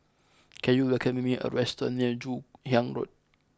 can you recommend me a restaurant near Joon Hiang Road